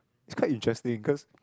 it's quite interesting cause